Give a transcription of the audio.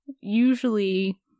usually